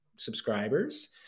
Subscribers